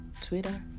Twitter